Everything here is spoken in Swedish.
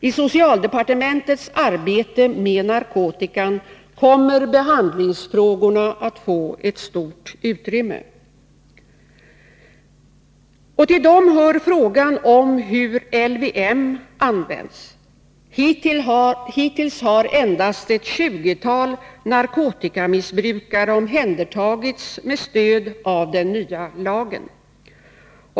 I socialdepartementets arbete med narkotikan kommer behandlingsfrågorna att få ett stort utrymme. Till dessa hör frågan om hur LVM används. Hittills har endast ett tjugotal narkotikamissbrukare omhändertagits med stöd av den nya lagen.